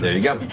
then yeah,